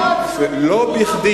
לא בכדי